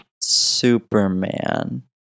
Superman